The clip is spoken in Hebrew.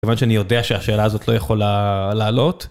כיוון שאני יודע שהשאלה הזאת לא יכולה לעלות.